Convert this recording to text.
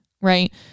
Right